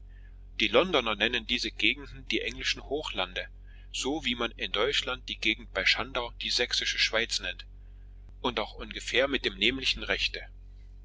die londoner nennen diese gegenden die englischen hochlande so wie man in deutschland die gegend bei schandau die sächsische schweiz nennt und auch ungefähr mit dem nämlichen rechte